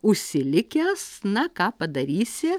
užsilikęs na ką padarysi